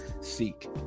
seek